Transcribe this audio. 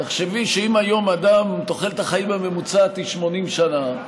תחשבי שאם היום תוחלת החיים הממוצעת היא 80 שנה,